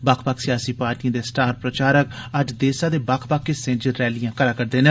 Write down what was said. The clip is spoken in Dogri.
बक्ख बक्ख सियासी पार्टिएं दे स्टार प्रचारक अज्ज देसै दे बक्ख बक्ख हिस्सें च रैलियां करा रदे न